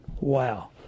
Wow